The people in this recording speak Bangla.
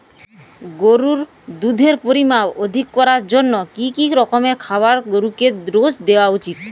গরুর দুধের পরিমান অধিক করার জন্য কি কি রকমের খাবার গরুকে রোজ দেওয়া উচিৎ?